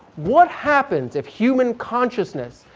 what happens if human consciousness,